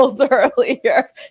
earlier